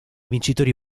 vincitori